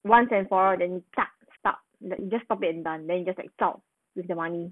once and for all then you just stop it and done then you just like zao with the money